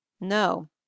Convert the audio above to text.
No